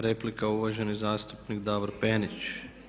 Replika uvaženi zastupnik Davor Penić.